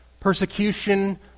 persecution